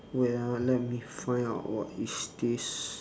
wait ah let me find out what is this